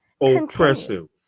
Oppressive